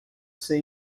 ser